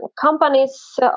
Companies